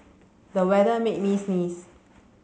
the weather made me sneeze